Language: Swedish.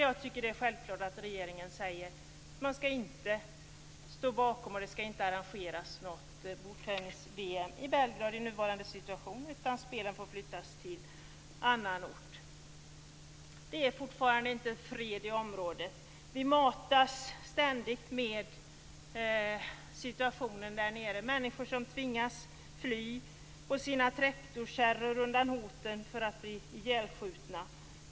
Jag tycker att det är självklart att regeringen säger att den inte står bakom det och att det inte skall arrangeras något bordtennis-VM i Belgrad i nuvarande situation, utan spelen får flyttas till annan ort. Det är fortfarande inte fred i området. Vi matas ständigt med situationen där nere. Människor tvingas fly på sina traktorkärror undan hoten att bli ihjälskjutna.